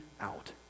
out